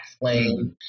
flame